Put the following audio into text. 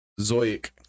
Zoic